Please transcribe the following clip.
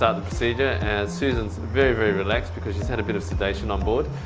ah the procedure and susan's very, very relaxed because she's had a bit of sedation on board.